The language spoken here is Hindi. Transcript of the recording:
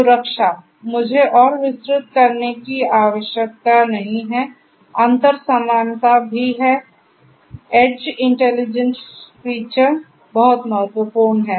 सुरक्षा मुझे और विस्तृत करने की आवश्यकता नहीं है अंतर समानता भी है एज इंटेलिजेंस फीचर बहुत महत्वपूर्ण है